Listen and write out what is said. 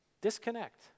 Disconnect